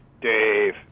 Dave